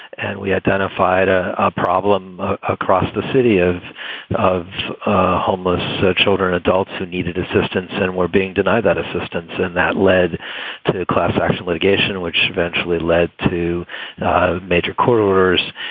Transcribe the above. and we identified ah a problem across the city of of homeless children, adults who needed assistance and were being denied that assistance. and that led to a class action litigation which eventually led to major court orders.